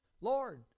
Lord